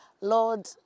Lord